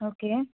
okay